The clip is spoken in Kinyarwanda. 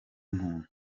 muntu